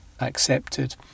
accepted